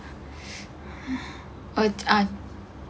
oh tahan